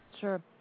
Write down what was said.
Sure